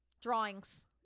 Drawings